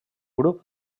grup